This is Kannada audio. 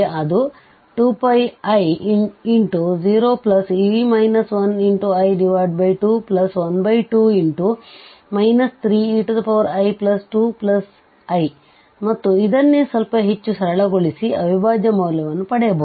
ಅದು2πi0e 1i212 3ei2i ಮತ್ತು ಇದನ್ನೇ ಸ್ವಲ್ಪ ಹೆಚ್ಚು ಸರಳಗೊಳಿಸಿಅವಿಭಾಜ್ಯ ಮೌಲ್ಯವನ್ನು ಪಡೆಯಬಹುದು